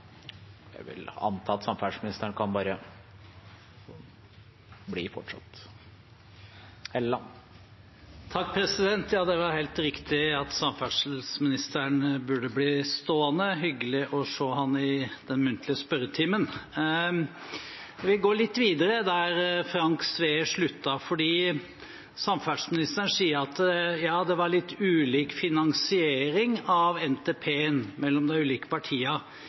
Det var helt riktig at samferdselsministeren ble stående, det er hyggelig å se ham i den muntlige spørretimen. Vi går litt videre der Frank Edvard Sve sluttet, for samferdselsministeren sier at det var litt ulik finansiering av NTP-en mellom de ulike